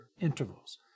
intervals